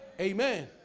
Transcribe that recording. Amen